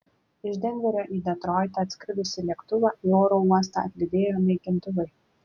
iš denverio į detroitą atskridusį lėktuvą į oro uostą atlydėjo naikintuvai